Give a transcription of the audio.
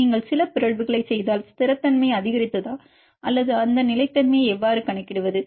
நீங்கள் சில பிறழ்வுகளைச் செய்தால் ஸ்திரத்தன்மை அதிகரித்ததா அல்லது அந்த நிலைத்தன்மையை எவ்வாறு கணக்கிடுவது